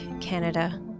Canada